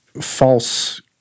false